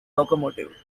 locomotive